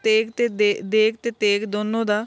ਤੇਗ ਅਤੇ ਦੇ ਦੇਗ ਅਤੇ ਤੇਗ ਦੋਨੋਂ ਦਾ